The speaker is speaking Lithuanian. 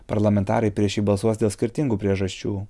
parlamentarai prieš jį balsuos dėl skirtingų priežasčių